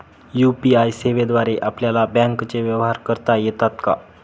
UPI सेवेद्वारे आपल्याला बँकचे व्यवहार करता येतात का?